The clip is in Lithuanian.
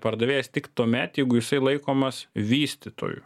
pardavėjas tik tuomet jeigu jisai laikomas vystytoju